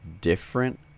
different